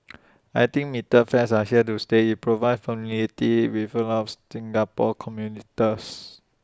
I think metered fares are here to stay IT provides familiarity with A lot of Singapore